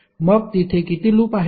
मग तिथे किती लूप आहेत